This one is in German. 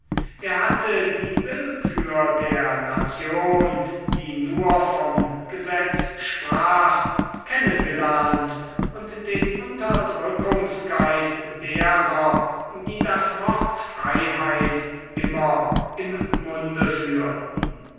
er hatte die willkür der nation die nur vom gesetz sprach kennengelernt und den unterdrückungsgeist derer die das wort freiheit immer im munde führten